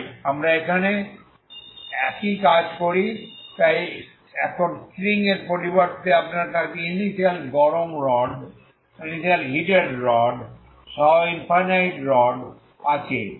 তাই আমরা এখানে একই কাজ করি তাই এখন স্ট্রিং এর পরিবর্তে আপনার কাছে ইনিশিয়াল গরম রড সহ ইনফাইনাইট রড আছে